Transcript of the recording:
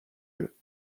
eux